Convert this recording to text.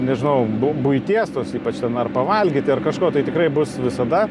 nežinau bu buities tos ypač ten ar pavalgyti ar kažko tai tikrai bus visada